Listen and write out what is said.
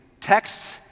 texts